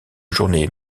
journée